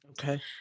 Okay